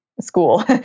school